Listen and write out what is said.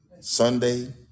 Sunday